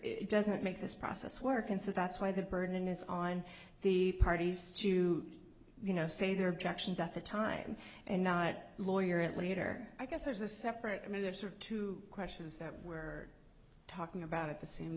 later doesn't make this process work and so that's why the burden is on the parties to you know say their objections at the time and not lawyer at leader i guess there's a separate i mean there's are two questions that were talking about at the same